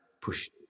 push